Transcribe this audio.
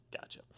Gotcha